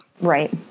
right